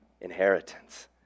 inheritance